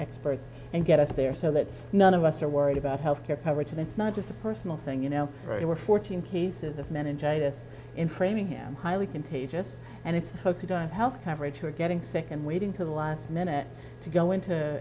experts and get us there so that none of us are worried about health care coverage and it's not just a personal thing you know where you were fourteen cases of meningitis in framingham highly contagious and it's hope you don't have health coverage who are getting sick and waiting to the last minute to go into